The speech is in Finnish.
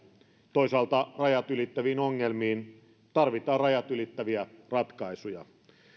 toisaalta rajat ylittäviin ongelmiin tarvitaan rajat ylittäviä ratkaisuja